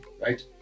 right